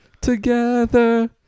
together